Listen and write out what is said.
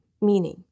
meaning